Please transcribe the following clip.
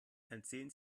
erzählen